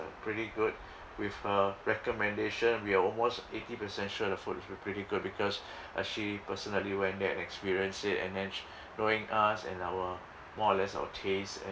pretty good with her recommendation we are almost eighty percent sure the food is pretty good because uh she personally went there and experienced it and then knowing us and our more or less our tastes and